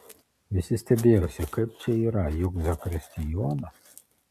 visi stebėjosi kaip čia yra juk zakristijonas